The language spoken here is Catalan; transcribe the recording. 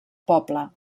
poble